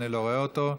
אני לא רואה אותו,